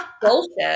Bullshit